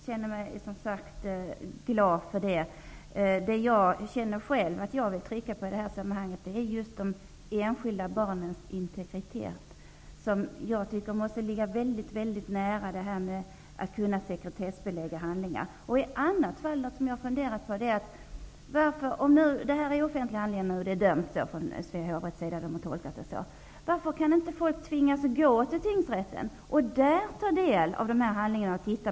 Herr talman! Jag är glad för detta svar. Jag vill i det här sammanhanget trycka på frågan om de enskilda barnens integritet. Den frågan måste ligga nära diskussionen om att sekretessbelägga handlingar. Vidare har jag funderat på följande. Om det nu är fråga om offentliga handlingar -- rätten har gjort den tolkningen -- varför kan inte folk tvingas att ta sig till tingsrätten och där ta del av handlingarna?